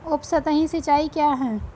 उपसतही सिंचाई क्या है?